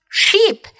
sheep